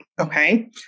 okay